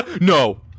no